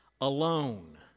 alone